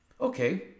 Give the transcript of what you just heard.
Okay